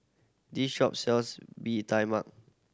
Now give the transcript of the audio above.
this shop sells Bee Tai Mak